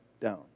down